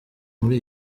muri